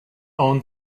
own